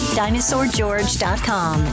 dinosaurgeorge.com